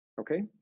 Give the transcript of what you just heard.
okay